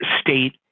state